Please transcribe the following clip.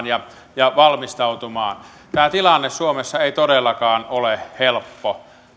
ja ja valmistautumaan tämä tilanne suomessa ei todellakaan ole helppo